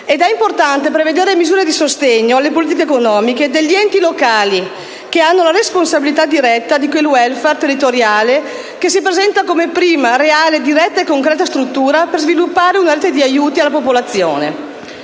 che si prevedano misure di sostegno alle politiche economiche degli enti locali, che hanno la responsabilità diretta di quel *welfare* territoriale che si presenta come prima, reale e concreta struttura per sviluppare una rete di aiuti concreti alla popolazione.